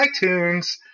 iTunes